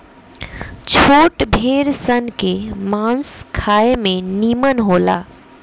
छोट भेड़ सन के मांस खाए में निमन होला